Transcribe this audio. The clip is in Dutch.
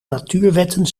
natuurwetten